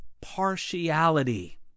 partiality